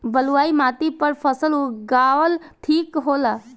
बलुई माटी पर फसल उगावल ठीक होला?